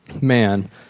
man